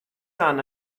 son